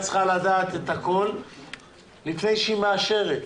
צריכה לדעת הכול לפני שהיא מאשרת.